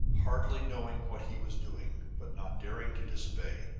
hardly knowing what he was doing, but not daring to disobey,